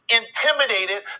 intimidated